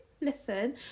Listen